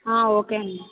okay అండి